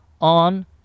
on